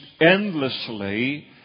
endlessly